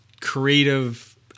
creative